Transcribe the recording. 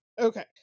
Okay